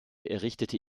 errichtete